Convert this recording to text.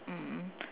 mm